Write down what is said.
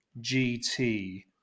GT